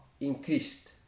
increased